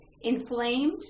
inflamed